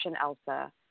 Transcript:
Elsa